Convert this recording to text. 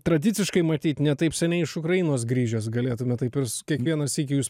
tradiciškai matyt ne taip seniai iš ukrainos grįžęs galėtume taip ir kiekvieną sykį jūs